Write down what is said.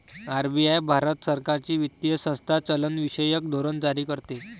RBI Bharat सरकारची वित्तीय संस्था चलनविषयक धोरण जारी करते